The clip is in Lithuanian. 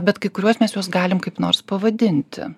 bet kai kuriuos mes juos galim kaip nors pavadinti